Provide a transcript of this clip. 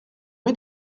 lui